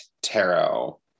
tarot